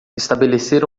estabelecer